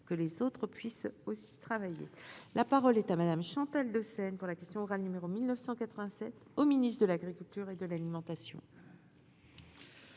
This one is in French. que les autres puissent aussi y travailler, la parole est à madame Chantal de scène pour la question orale numéro 1987 au ministre de l'Agriculture et de l'alimentation.